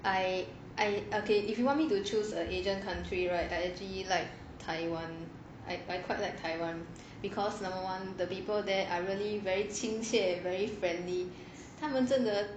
I I okay if you want me to choose a asian country right I actually like taiwan I I quite like taiwan because number one the people there is really very 情切 very friendly 他们真的